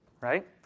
Right